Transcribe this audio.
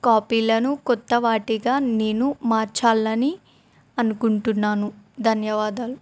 కాపీలను కొత్త వాటిగా నేను మార్చాలి అని అనుకుంటున్నాను ధన్యవాదాలు